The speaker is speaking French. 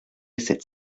cette